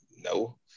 no